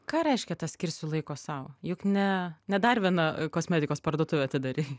ką reiškia tas skirsiu laiko sau juk ne ne dar vieną kosmetikos parduotuvę atidarei